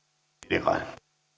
arvoisa